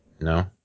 No